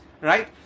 right